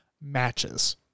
matches